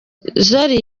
zari